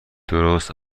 درست